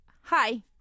Hi